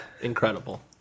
Incredible